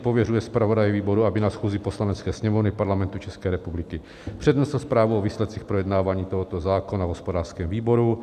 Pověřuje zpravodaje výboru, aby na schůzi Poslanecké sněmovny Parlamentu České republiky přednesl zprávu o výsledcích projednávání tohoto zákona v hospodářském výboru.